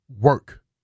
work